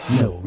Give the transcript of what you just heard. no